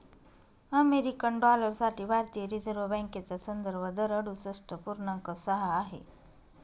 American dollar साठी भारतीय reserve बँकेचा संदर्भ दर अडुसष्ठ पूर्णांक सहा आहे